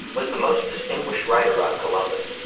was the most distinguished writer on columbus,